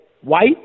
white